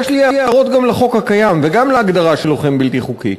יש לי הערות גם לחוק הקיים וגם להגדרה של "לוחם בלתי חוקי",